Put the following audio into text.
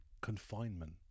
confinement